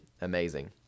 amazing